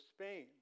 Spain